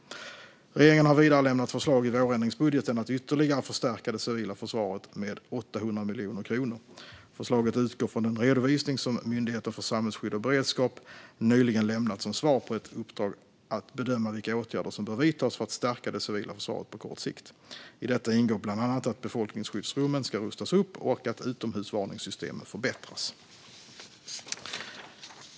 Regeringen har vidare lämnat förslag i vårändringsbudgeten om att ytterligare förstärka det civila försvaret med 800 miljoner kronor. Förslaget utgår från den redovisning som Myndigheten för samhällsskydd och beredskap nyligen lämnat som svar på ett uppdrag att bedöma vilka åtgärder som bör vidtas för att stärka det civila försvaret på kort sikt. I detta ingår bland annat att befolkningsskyddsrummen ska rustas upp och att utomhusvarningssystemen ska förbättras.